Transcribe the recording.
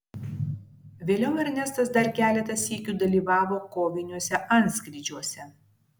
vėliau ernestas dar keletą sykių dalyvavo koviniuose antskrydžiuose